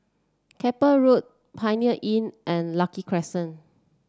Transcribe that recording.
Keppel Road Premier Inn and Lucky Crescent